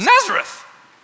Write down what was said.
Nazareth